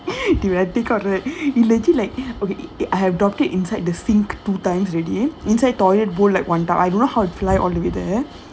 the when I take out right legit~ like okay uh I have dropped it inside the sink two times already inside toilet bowl like one time I don't know how to fly all the way there